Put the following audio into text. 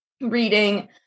reading